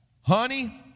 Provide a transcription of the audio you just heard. honey